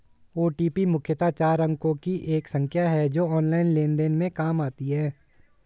OTP मुख्यतः चार अंकों की एक संख्या है जो ऑनलाइन लेन देन में काम आती है